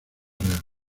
real